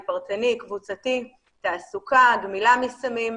סוציאלי, פרטני, קבוצתי, תעסוקה, גמילה מסמים,